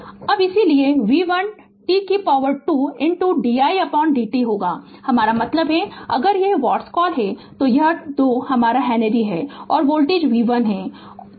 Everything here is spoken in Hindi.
Refer Slide Time 3049 अब इसलिए v 1 t 2 didt होगा हमारा मतलब है कि अगर यह व्हाटकॉल है तो यह 2 हमारा हेनरी है और वोल्टेज v 1 है